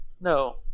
No